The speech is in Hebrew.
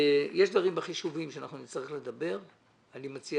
יש דברים בחישובים עליהם נצטרך לדבר ואני מציע